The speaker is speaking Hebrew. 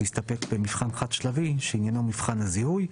להסתפק במבחן חד שלבי שעניינו מבחן הזיהוי.